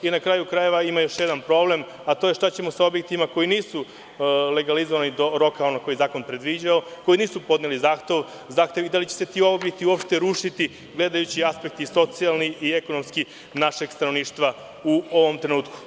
I na kraju krajeva ima još jedan problem, a to je šta ćemo sa objektima koji nisu legalizovani do roka koji zakon predviđao, koji nisu podneli zahtev i da li će se ti objekti uopšte rušiti, gledajući aspekt i socijalni i ekonomski našeg stanovništva u ovom trenutku.